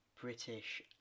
British